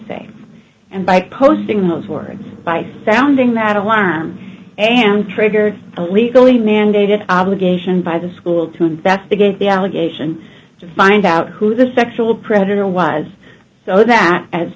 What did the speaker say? them and by posting those words by sounding mad alarm and triggered a legally mandated obligation by the school to investigate the allegation to find out who the sexual predator was so that as